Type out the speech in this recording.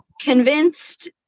convinced